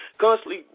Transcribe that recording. Constantly